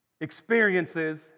experiences